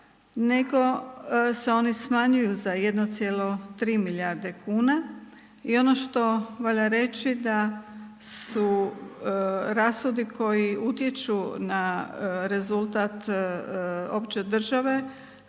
nego se oni smanjuju za 1,3 milijarde kuna i ono što valja reći da su rashodi koji utječu na rezultat opće države